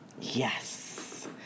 Yes